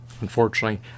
Unfortunately